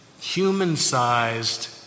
human-sized